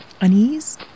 Unease